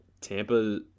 Tampa